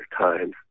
times